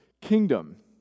kingdom